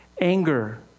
anger